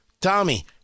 Tommy